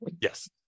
Yes